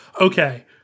okay